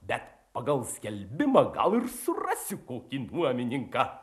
bet pagal skelbimą gal ir surasiu kokį nuomininką